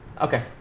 Okay